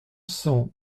cent